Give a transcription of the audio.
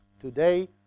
Today